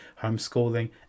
homeschooling